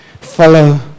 Follow